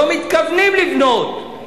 לא מתכוונים לבנות.